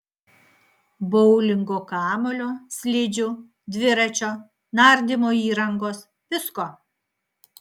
boulingo kamuolio slidžių dviračio nardymo įrangos visko